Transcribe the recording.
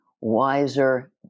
wiser